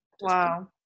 Wow